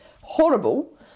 Horrible